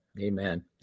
Amen